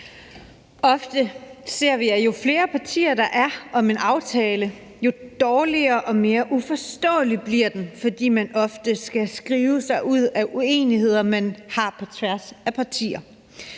Ofte ser vi, at jo flere partier, der er om en aftale, jo dårligere og mere uforståelig bliver den, fordi man ofte skal skrive sig ud af uenigheder, man har på tværs af partier.